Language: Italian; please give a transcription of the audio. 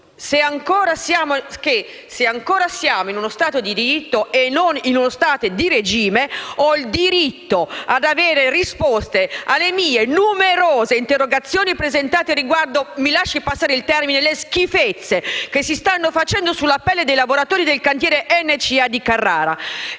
se ancora siamo in uno Stato di diritto e non in uno Stato di regime, ho il diritto ad avere risposte alle mie numerose interrogazioni presentate riguardo - mi si lasci passare il termine - le schifezze che si stanno facendo sulla pelle dei lavoratori del cantiere NCA di Marina